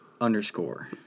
underscore